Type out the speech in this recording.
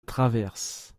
traverse